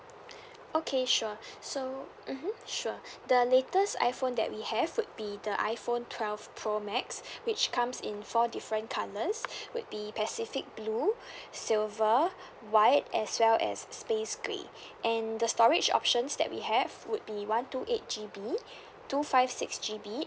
okay sure so mmhmm sure the latest iphone that we have would be the iphone twelve pro max which comes in four different colours would be pacific blue silver white as well as space grey and the storage options that we have would be one two eight G_B two five six G_B